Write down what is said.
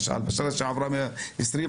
בשנה שעברה 120,